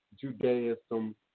Judaism